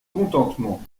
contentement